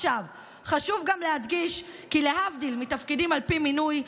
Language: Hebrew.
חשוב גם להדגיש כי להבדיל מתפקידים על פי מינוי,